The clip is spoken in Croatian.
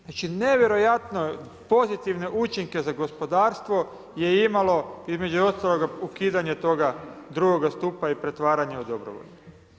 Znači nevjerojatno pozitivne učinke za gospodarstvo je imalo između ostaloga ukidanje toga drugoga stupa i pretvaranje u dobrovoljno.